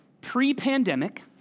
pre-pandemic